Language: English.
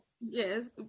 Yes